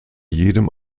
jedem